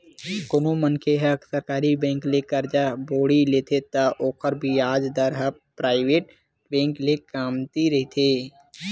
कोनो मनखे ह सरकारी बेंक ले करजा बोड़ी लेथे त ओखर बियाज दर ह पराइवेट बेंक ले कमती रहिथे